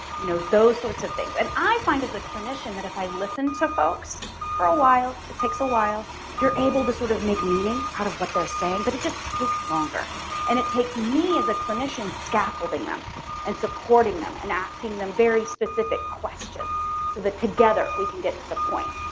you know those sorts of things. and i find as a clinician that if i listen to folks for a while takes a while you're able to sort of make meaning out of what they're saying. but it just takes longer and it takes me as a clinician scaffolding them and supporting them and asking them very specific questions so that together we can get to the point.